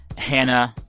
hannah,